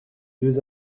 deux